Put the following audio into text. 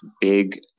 big